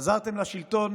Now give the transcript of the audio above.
חזרתם לשלטון